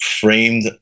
framed